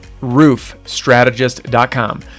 roofstrategist.com